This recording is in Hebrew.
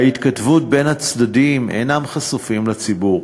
ההתכתבות בין הצדדים אינה חשופה לציבור,